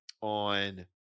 on